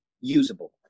usable